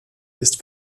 ist